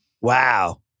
Wow